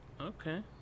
Okay